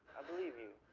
believe you,